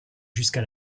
jusqu’à